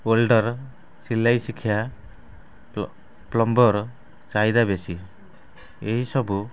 welder ସିଲେଇ ଶିକ୍ଷା plumber ଚାହିଦା ବେଶୀ ଏହିସବୁ